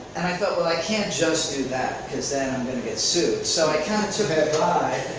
and i thought, well, i can't just do that, because then i'm going to get sued. so i kinda took it